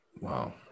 Wow